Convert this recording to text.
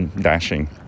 dashing